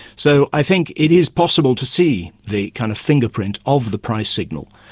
so i think it is possible to see the kind of fingerprint of the price signal.